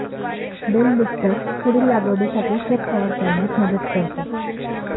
bell lifter पुढील लागवडीसाठी शेत तयार करण्यास मदत करते